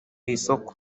isoko